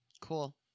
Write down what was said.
Cool